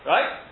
Right